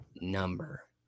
number